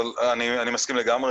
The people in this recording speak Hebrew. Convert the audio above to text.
אני מסכים לגמרי,